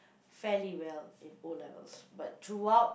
fairly well in O-levels but throughout